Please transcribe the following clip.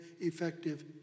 effective